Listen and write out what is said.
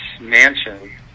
mansion